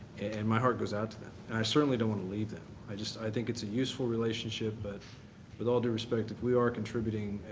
and my heart goes out to them, and i certainly don't want to leave them. i just i think it's a useful relationship, but with all due respect, if we are contributing